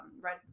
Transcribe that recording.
right